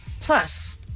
Plus